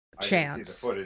Chance